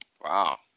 wow